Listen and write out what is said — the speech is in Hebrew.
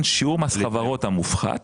לכן שיעור מס חברות המופחת